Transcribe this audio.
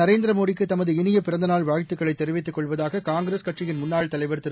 நரேந்திரமோடிக்கு தமது இனிய பிறந்தநாள் வாழ்த்துக்களை தெரிவித்துக் கொள்வதாக காங்கிரஸ் கட்சியின் முன்னாள் தலைவர் திரு